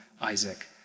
Isaac